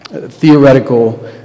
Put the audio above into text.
theoretical